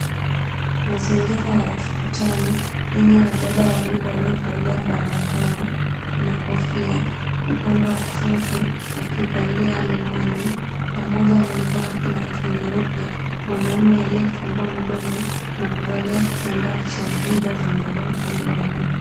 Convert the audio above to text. Mazingira ya hospitali yenye wadada wawili waliovalia barakoa na kofia. Upande wa kushoto, mmoja amevalia miwani, pamoja wamevaa glavu nyeupe. Mwanamme aliyevalia kitambaa cha rangi ya zambarau upande wa juu ameonekana amefungua mdomo.